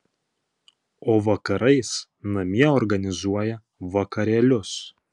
o vakarais namie organizuoja vakarėlius